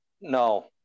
No